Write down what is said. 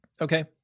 Okay